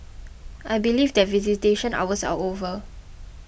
I believe that visitation hours are over